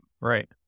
right